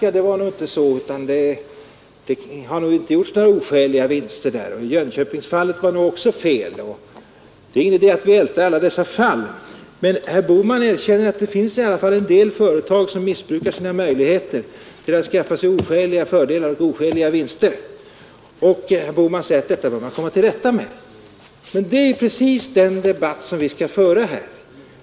I det exempel jag tog från Nacka har det enligt herr Bohman nog inte gjorts några oskäliga vinster, och Jönköpingsfallet var nog också felrefererat osv. Nå, det är ingen idé att här älta alla dessa fall, men herr Bohman erkände ju ändå att en del företag missbrukar sina möjligheter till att skaffa sig oskäliga fördelar och vinster. Det bör vi kunna komma till rätta med, sade han. Ja, det är precis den debatt som vi skall föra här.